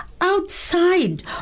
outside